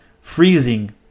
Freezing